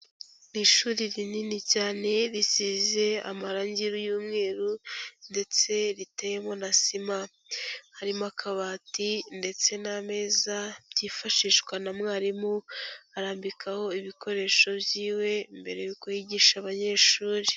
Ishuri rinini cyane, risize amarange y'umweru ndetse riteyemo na sima. Harimo akabati ndetse n'ameza, byifashishwa na mwarimu arambikaho ibikoresho byiwe mbere yuko yigisha abanyeshuri.